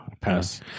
Pass